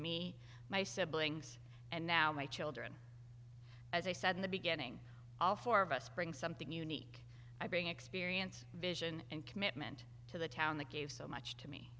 me and now my children as i said in the beginning all four of us bring something unique i bring experience vision and commitment to the town that gave so much to me